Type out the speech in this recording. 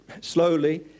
slowly